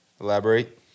Elaborate